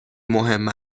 مهم